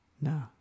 No